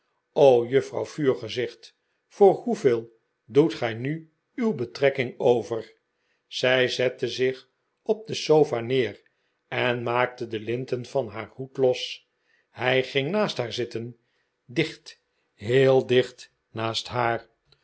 o juffrouw vuurgezicht voor hoeveel doet gij nu uw betrekking over zij zette zich op de sofa neer en maakte de linten van haar hoed los hij ging naast haar zitten dicht heel dicht naast haar